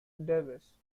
davis